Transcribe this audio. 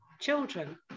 children